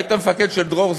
היית מפקד של דרור,